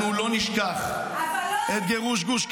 אנחנו לא נשכח את גירוש גוש קטיף.